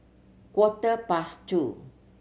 quarter past two